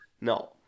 No